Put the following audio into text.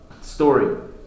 story